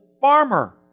farmer